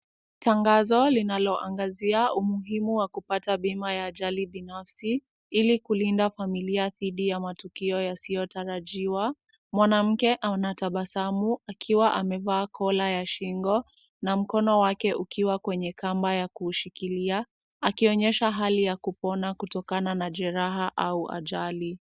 Tangazo linalo angazia umuhimu wa kupata bima ya ajali binafsi ili kulinda familia dhidi ya matukio yasiyo tarajiwa. Mwanamke anatabasamu akiwa amevaa collar ya shingo na mkono wake ukiwa kwenye kamba ya kushikilia, akionyesha hali ya kupona kutokana na jeraha au ajali.